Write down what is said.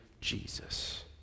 Jesus